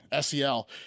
sel